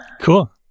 Cool